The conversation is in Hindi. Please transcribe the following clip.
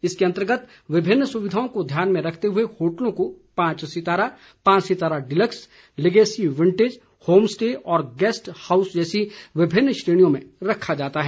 इसके अंतर्गत विभिन्न सुविधाओं को ध्यान में रखते हुए होटलों को पांच सितारा पांच सितारा deluxe legacy vintage home stay और गेस्ट हाउस जैसी विभिन्न श्रेणियों में रखा जाता है